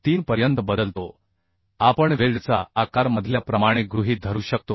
3पर्यंत बदलतो आपण वेल्डचा आकार मधल्या प्रमाणे गृहीत धरू शकतो